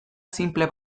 sinple